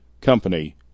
Company